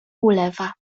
ulewa